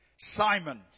Simon